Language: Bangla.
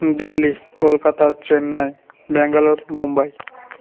দিল্লি কলকাতা চেন্নাই ব্যাঙ্গালোর মুম্বাই